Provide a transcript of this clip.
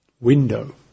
window